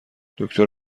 دکتر